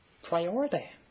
Priority